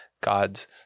God's